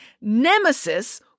nemesis